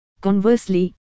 Conversely